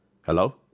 Hello